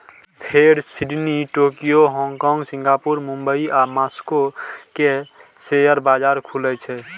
फेर Sydney, Tokyo, Hong Kong, Singapore, Mumbai आ Moscow के शेयर बाजार खुलै छै